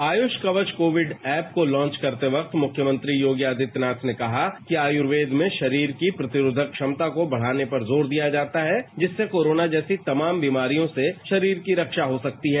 Ayush Kavach Covid app को launch करते वक्त मुख्यमंत्री योगी आदित्यनाथ ने कहा कि आयुर्वेद में शरीर की प्रतिरोधक क्षमता को बढ़ाने पर जोर दिया जाता है जिससे कोरोना जैसी तमाम बीमारियों से शरीर की रक्षा हो सकती है